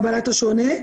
מעודדים את קבלת השונה,